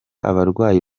abarwayi